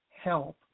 help